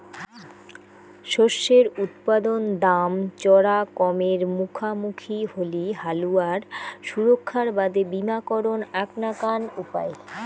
শস্যের উৎপাদন দাম চরা কমের মুখামুখি হলি হালুয়ার সুরক্ষার বাদে বীমাকরণ এ্যাক নাকান উপায়